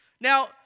Now